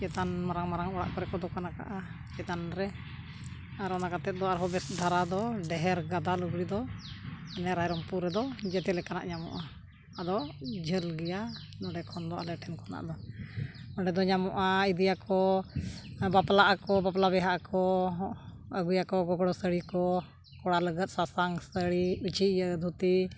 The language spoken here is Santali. ᱪᱮᱛᱟᱱ ᱢᱟᱨᱟᱝ ᱢᱟᱨᱟᱝ ᱚᱲᱟᱜ ᱠᱚᱨᱮ ᱠᱚ ᱫᱚᱠᱟᱱ ᱠᱟᱜᱼᱟ ᱪᱮᱛᱟᱱ ᱨᱮ ᱟᱨ ᱚᱱᱟ ᱠᱟᱛᱮᱫ ᱫᱚ ᱟᱨᱦᱚᱸ ᱵᱮᱥ ᱫᱷᱟᱨᱟ ᱫᱚ ᱰᱷᱮᱨ ᱜᱟᱫᱟ ᱞᱩᱜᱽᱲᱤ ᱫᱚ ᱱᱮ ᱨᱟᱭᱨᱚᱢᱯᱩᱨ ᱨᱮᱫᱚ ᱡᱮᱛᱮ ᱞᱮᱠᱟᱱᱟᱜ ᱧᱟᱢᱚᱜᱼᱟ ᱟᱫᱚ ᱡᱷᱟᱹᱞ ᱜᱮᱭᱟ ᱱᱚᱰᱮ ᱠᱷᱚᱱ ᱫᱚ ᱟᱞᱮ ᱴᱷᱮᱱ ᱠᱷᱚᱱᱟᱜ ᱫᱚ ᱚᱸᱰᱮ ᱫᱚ ᱧᱟᱢᱚᱜᱼᱟ ᱤᱫᱤᱭᱟᱠᱚ ᱵᱟᱯᱞᱟᱜ ᱟᱠᱚ ᱵᱟᱯᱞᱟ ᱵᱤᱦᱟᱜ ᱟᱠᱚ ᱦᱚᱸ ᱟᱹᱜᱩᱭᱟᱠᱚ ᱜᱚᱜᱚ ᱥᱟᱹᱲᱤ ᱠᱚ ᱠᱚᱲᱟ ᱞᱟᱹᱜᱤᱫ ᱥᱟᱥᱟᱝ ᱥᱟᱹᱲᱤ ᱩᱪᱤᱛ ᱫᱷᱩᱛᱤ